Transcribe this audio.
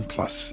Plus